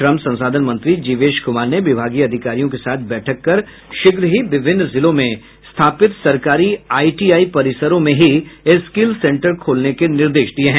श्रम संसाधन मंत्री जिवेश कुमार ने विभागीय अधिकारियों के साथ बैठक कर शीघ्र ही विभिन्न जिलों में स्थापित सरकारी आईटीआई परिसरों में ही स्किल सेंटर खोलने के निर्देश दिये हैं